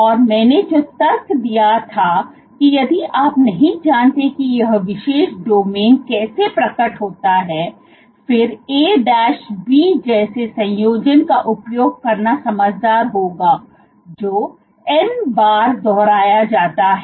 और मैंने जो तर्क दिया था कि यदि आप नहीं जानते कि यह विशेष domain कैसे प्रकट होता है फिर A B जैसे संयोजन का उपयोग करना समझदार होगा जो n बार दोहराया जाता है